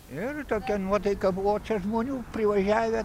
ir tokia nuotaika buvo čia žmonių privažiavę